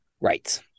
Right